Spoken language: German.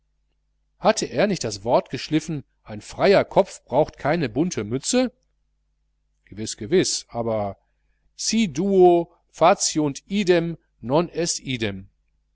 hatte er nicht das wort geschliffen ein freier kopf braucht keine bunte mütze gewiß gewiß aber si duo faciunt idem non